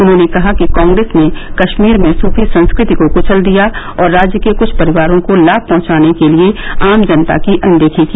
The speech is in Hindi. उन्होंने कहा कि कॉप्रेस ने कश्मीर में सूफी संस्कृति को कुचल दिया और राज्य के कुछ परिवारों को लाभ पहुंचाने के लिये आम जनता की अनदेखी की